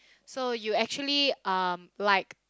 so you actually um like